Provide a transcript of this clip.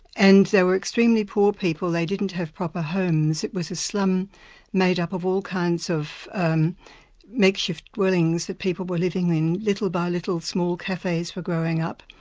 and they were extremely poor people, they didn't have proper homes, it was a slum made up of all kinds of and makeshift dwellings that people were living in. little by little, small cafes were going up.